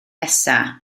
nesaf